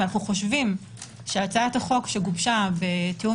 ואנו חושבים שהצעת החוק שגובשה בתיאום